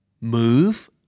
move